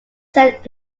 set